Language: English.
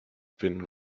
been